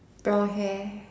brown hair